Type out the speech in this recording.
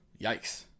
Yikes